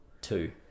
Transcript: two